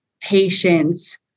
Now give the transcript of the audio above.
patience